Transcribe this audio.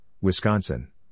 Wisconsin